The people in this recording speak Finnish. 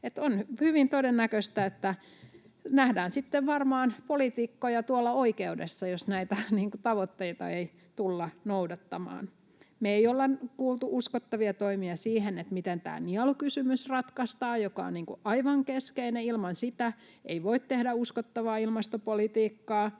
on hyvin todennäköistä, että nähdään sitten varmaan poliitikkoja tuolla oikeudessa, jos näitä tavoitteita ei tulla noudattamaan. Me ei olla kuultu uskottavia toimia siihen, miten ratkaistaan tämä nielukysymys, joka on aivan keskeinen. Ilman sitä ei voi tehdä uskottavaa ilmastopolitiikkaa.